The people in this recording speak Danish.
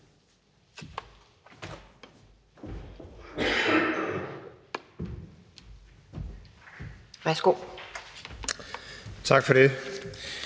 Torp): Tak for det.